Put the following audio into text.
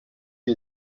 wir